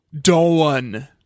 Dawn